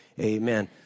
Amen